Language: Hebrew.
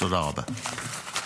תודה רבה.